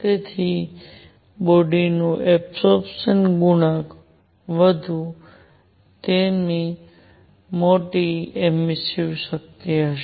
તેથી બોડીનું એબસોરપ્સન ગુણક વધુ તેમ મોટી એમિસ્સીવ શક્તિ હશે